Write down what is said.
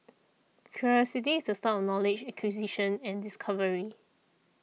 curiosity is the start knowledge acquisition and discovery